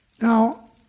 Now